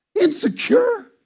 Insecure